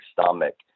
stomach